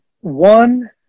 One